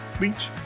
Leach